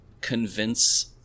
convince